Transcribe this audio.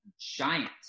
giant